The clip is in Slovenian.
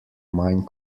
manj